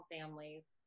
families